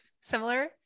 similar